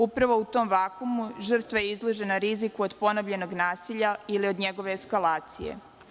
Upravo u tom vakumu, žrtva je izložena riziku od ponovljenog nasilja ili od njegove eskalacije.